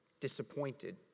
disappointed